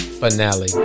finale